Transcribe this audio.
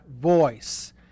voice